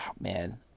man